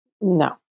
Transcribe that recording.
No